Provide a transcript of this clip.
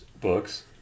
books